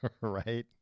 Right